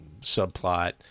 subplot